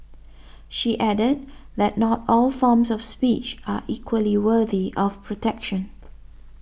she added that not all forms of speech are equally worthy of protection